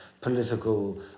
political